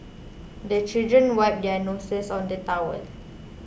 the children wipe their noses on the towel